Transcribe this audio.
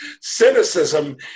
cynicism